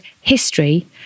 HISTORY